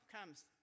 comes